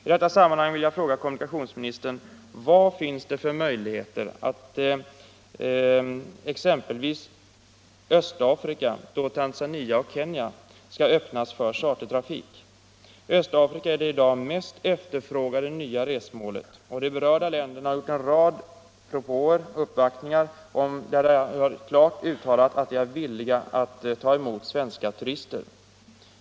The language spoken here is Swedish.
I detta sammanhang vill jag fråga kommunikationsministern: Vad finns det för möjligheter att exempelvis Östafrika Tanzania och Kenya — skall öppnas för chartertrafik? Östafrika är det i dag mest efterfrågade nya resmålet, och de berörda länderna har vid uppvaktningar gjort en rad propåer där de klart uttalat att de är villiga att ta emot svenska turister.